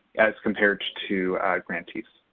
as compared to grantees.